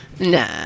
Nah